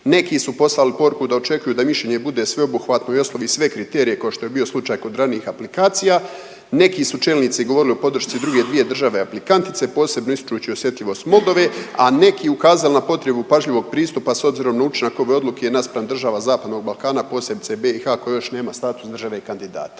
Neki su poslali poruku da očekuju da mišljenje bude sveobuhvatno i osnovi sve kriterije kao što je bio slučaj kod ranijih aplikacija. Neki su čelnici govorili o podršci druge dvije države aplikantice, posebno isključio osjetljivost Moldove, a neki ukazali na potrebu pažljivog pristupa s obzirom na učinak ove odluke naspram država zapadnog Balkana, posebice BiH koji nema još status države kandidata.